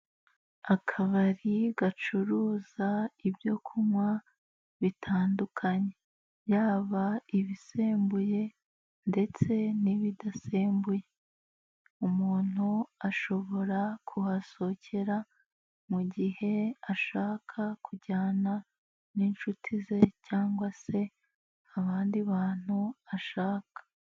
Akabari gacuruza ibyo kunywa bitandukanye yaba ibisembuye, ndetse n'ibidasembuye umuntu ashobora kuhasokera mu gihe ashaka kujyana n'incuti ze cyangwa se abandi bantu ashaka.